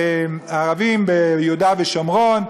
ערבים, ביהודה ושומרון.